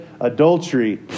adultery